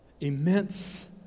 immense